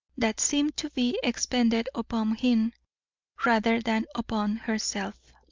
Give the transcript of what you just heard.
that seemed to be expended upon him rather than upon herself.